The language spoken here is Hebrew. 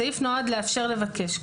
הסעיף נועד לאפשר לבקש.